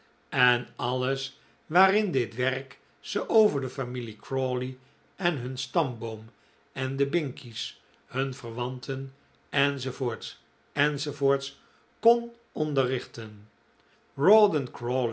en alles waarin dit werk ze over de familie crawley en hun stamboom en de binkies hun verwanten enz enz kon